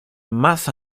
más